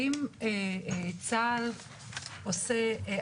אני רק לא הבנתי האם צה"ל עושה אאוטסורסינג